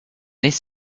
this